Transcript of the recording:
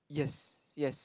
yes yes